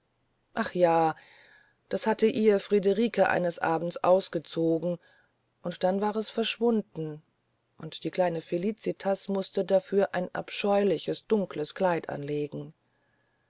ach ja das hatte ihr friederike eines abends ausgezogen und dann war es verschwunden und die kleine felicitas mußte dafür ein abscheuliches dunkles kleid anlegen